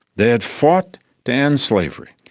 they had fought to end slavery,